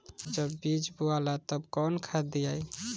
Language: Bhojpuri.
जब बीज बोवाला तब कौन खाद दियाई?